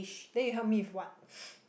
then you help me with what